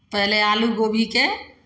पहिले आलू गोभीके